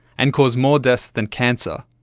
and cause more deaths than cancer.